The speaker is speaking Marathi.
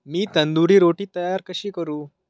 मी तंदुरी रोटी तयार कशी करू